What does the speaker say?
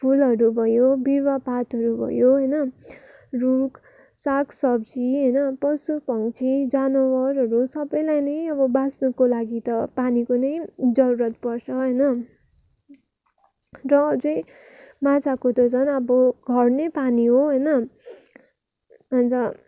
फुलहरू भयो बिरुवा पातहरू भयो होइन रुख साग सब्जी होइन पशु पक्षी जनावरहरू सबलाई नै अब बाँच्नुको लागि त पानीको नै जरुरत पर्छ होइन र अझ माछाको त झन् अब घर नै पानी हो होइन अन्त